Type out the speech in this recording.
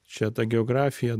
čia ta geografija